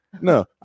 no